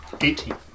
Eighteen